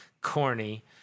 corny